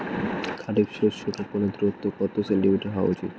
খারিফ শস্য রোপনের দূরত্ব কত সেন্টিমিটার হওয়া উচিৎ?